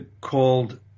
called